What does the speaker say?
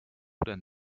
denn